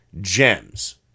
gems